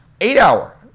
Eight-hour